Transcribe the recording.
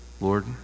Lord